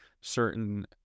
certain